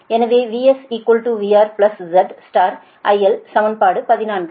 எனவே VS VR Z IL சமன்பாடு 14